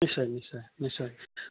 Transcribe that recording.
নিশ্চ নিশ্চয় নিশ্চয়